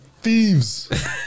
thieves